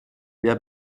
der